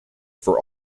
for